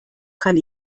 kann